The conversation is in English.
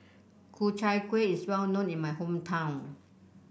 Ku Chai Kuih is well known in my hometown